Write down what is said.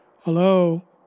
Hello